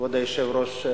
כבוד היושב-ראש,